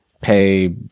pay